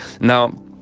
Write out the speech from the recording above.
Now